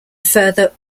further